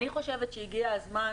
אני חושבת שהגיע הזמן